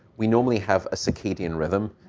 we normally have a circadian rhythm,